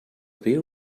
beer